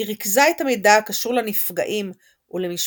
היא ריכזה את המידע הקשור לנפגעים ולמשפחותיהם